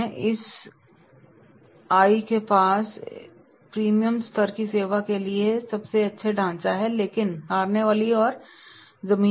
S I एक के पास प्रीमियम स्तर की सेवा के लिए सबसे अच्छा ढांचा है लेकिन हारने वाली जमीन है